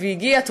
והגיע,